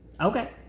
Okay